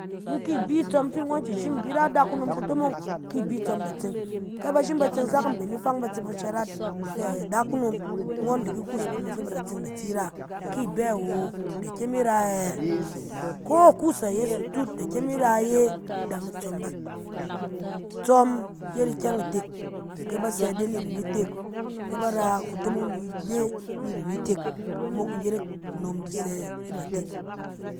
In ki i bi tsɔm fi ngɔn tsin shim i di ra adakunom kutomong, ki i bi tsɔm da tseng. ke ba shim ba tse ni mben ifang, ba tsɛ ba shara ifɛ adakunom, ngɔn di ki kuus banet fɛ ba da tseng. da tsi i ra. Ki i bɛ wo, da kyem i ra yɛ? Ko ikuus ayeso atut, da kyem i ra ye dan itsɔm bà. Itsɔm yet ikyɛng itek, ke ba sɛ ide ni rèn itek, ke ba ra kutomong ni de ni rèn itek, mok iyerek kunom di sɛ iratek.